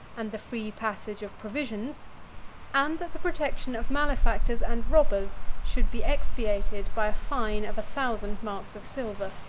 and the free passage of provisions and that the protection of malefactors and robbers should be expiated by a fine of a thousand marks of silver.